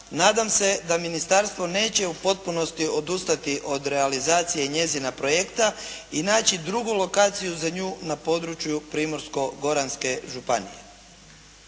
nadam se da ministarstvo neće u potpunosti odustati od realizacije njezina projekta i naći drugu lokaciju za nju na području Primorsko-goranske županije.